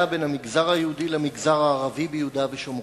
בין המגזר היהודי למגזר הערבי ביהודה ושומרון.